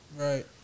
Right